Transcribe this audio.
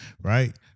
right